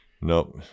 nope